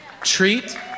Treat